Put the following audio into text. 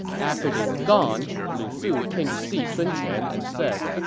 after they were gone, lu su came to see sun quan and said,